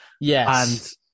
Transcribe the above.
Yes